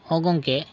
ᱦᱮᱸ ᱜᱚᱝᱠᱮ